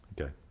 Okay